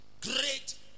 great